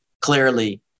clearly